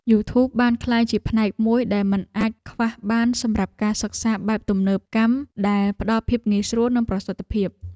យូធូបបានក្លាយជាផ្នែកមួយដែលមិនអាចខ្វះបានសម្រាប់ការសិក្សាបែបទំនើបកម្មដែលផ្តល់ភាពងាយស្រួល និងប្រសិទ្ធភាព។